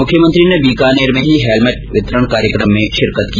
मुख्यमंत्री ने बीकानेर में ही हेलमेट वितरण कार्यक्रम में भी शिरकत की